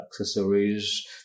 accessories